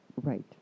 Right